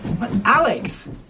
Alex